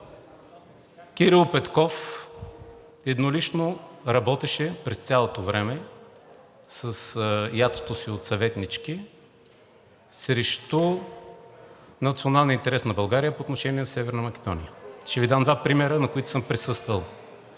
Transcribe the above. Кирил Петков еднолично работеше през цялото време с ятото си от съветнички срещу националния интерес на България по отношение на Северна Македония. Ще Ви дам два примера, на които съм присъствал.